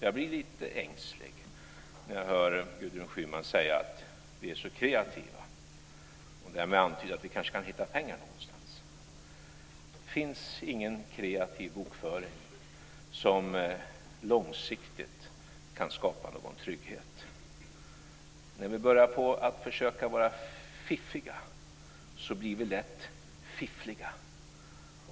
Jag blir lite ängslig när jag hör Gudrun Schyman säga att vi är så kreativa och därmed antyda att vi kanske kan hitta pengar någonstans. Det finns ingen kreativ bokföring som långsiktigt kan skapa någon trygghet. När vi börjar att försöka vara fiffiga blir vi lätt fiffliga.